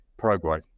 Paraguay